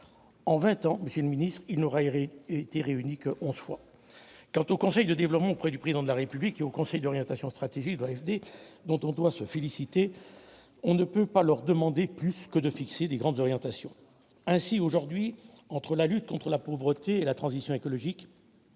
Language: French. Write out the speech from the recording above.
En vingt ans, monsieur le ministre, il n'aura été réuni que onze fois. Quant au conseil du développement auprès du Président de la République et au conseil d'orientation stratégique de l'AFD dont on doit se féliciter, on ne peut pas leur demander plus que de fixer les grandes orientations. Ainsi, aujourd'hui, entre la lutte contre la pauvreté et la transition écologique,